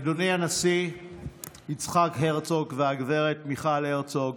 אדוני הנשיא יצחק הרצוג וגב' מיכל הרצוג,